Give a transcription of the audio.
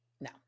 No